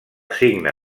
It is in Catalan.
signe